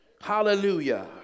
Hallelujah